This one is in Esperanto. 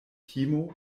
timo